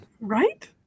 Right